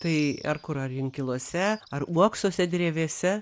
tai ar kur ar inkiluose ar uoksuose drevėse